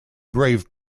brave